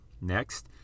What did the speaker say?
Next